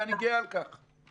ואני גאה על כך.